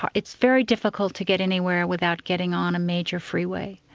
um it's very difficult to get anywhere without getting on a major freeway.